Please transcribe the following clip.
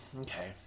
Okay